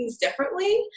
differently